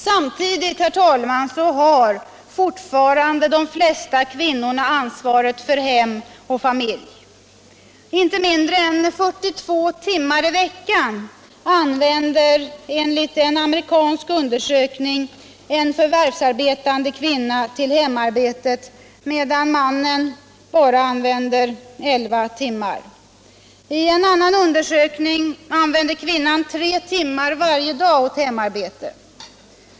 Samtidigt, herr talman, har fortfarande de flesta kvinnorna ansvaret för hem och familj. Inte mindre än 42 timmar i veckan använder enligt en amerikansk undersökning en förvärvsarbetande kvinna till hemarbetet medan mannen bara använder 11 timmar. I en annan undersökning använder kvinnan 3 timmar varje dag åt hemarbete.